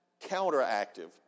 counteractive